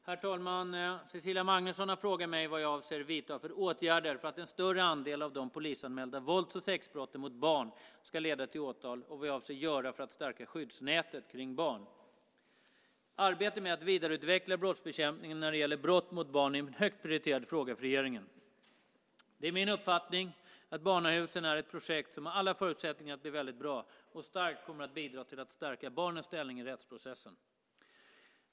Herr talman! Cecilia Magnusson har frågat mig vad jag avser att vidta för åtgärder för att en större andel av de polisanmälda vålds och sexbrotten mot barn ska leda till åtal och vad jag avser att göra för att stärka skyddsnätet kring barn. Arbetet med att vidareutveckla brottsbekämpningen när det gäller brott mot barn är en högt prioriterad fråga för regeringen. Det är min uppfattning att barnahusen är ett projekt som har alla förutsättningar att bli väldigt bra och starkt kommer att bidra till att stärka barnens ställning i rättsprocessen.